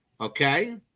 Okay